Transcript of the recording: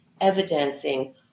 evidencing